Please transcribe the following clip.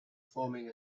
forming